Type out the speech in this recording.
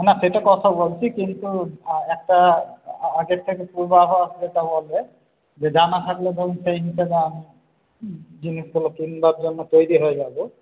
না না সেটা কথা বলছি কিন্তু একটা আগের থেকে পূর্বাভাস যেটা বলে যে জানা থাকল ধরুন সেই মতো দাম জিনিসগুলো কিনে রাখলাম আর তৈরি হয়ে গেল